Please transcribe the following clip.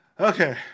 Okay